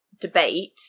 debate